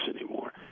anymore